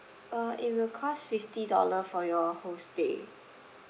uh it will cost fifty dollar for your whole stay